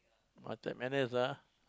my third manners ah